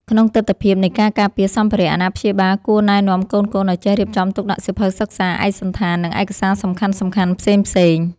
ក្នុងទិដ្ឋភាពនៃការការពារសម្ភារៈ អាណាព្យាបាលគួរណែនាំកូនៗឱ្យចេះរៀបចំទុកដាក់សៀវភៅសិក្សា ឯកសណ្ឋាន និងឯកសារសំខាន់ៗផ្សេងៗ។